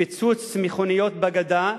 פוצצה מכוניות בגדה,